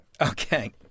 Okay